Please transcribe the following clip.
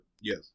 Yes